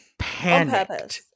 Panic